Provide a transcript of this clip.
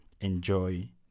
enjoy